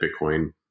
Bitcoin